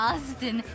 Austin